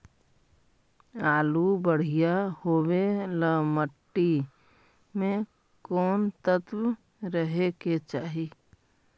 आलु बढ़िया होबे ल मट्टी में कोन तत्त्व रहे के चाही?